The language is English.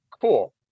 Cool